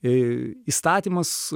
į įstatymas